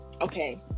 okay